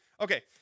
Okay